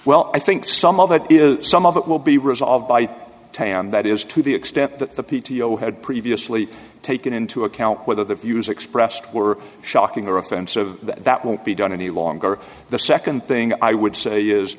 well i think some of it is some of it will be resolved by tyan that is to the extent that the p t o had previously taken into account whether the views expressed were shocking or offensive that that won't be done any longer the second thing i would say is